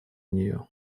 нее